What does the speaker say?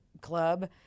club